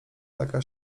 taka